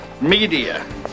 media